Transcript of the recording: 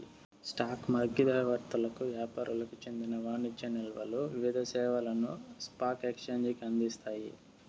stock మధ్యవర్తులకు యాపారులకు చెందిన వాణిజ్య నిల్వలు వివిధ సేవలను స్పాక్ ఎక్సేంజికి అందిస్తాయి